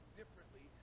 differently